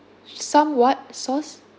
some what sauce